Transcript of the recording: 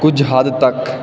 ਕੁਝ ਹੱਦ ਤੱਕ